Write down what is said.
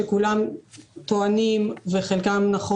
שכולם טוענים וחלקם בצדק